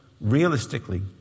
realistically